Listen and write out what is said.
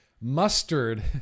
Mustard